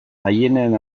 aieneen